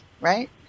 right